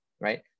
right